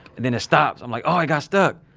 then, it stops. i'm like, oh! it got stuck!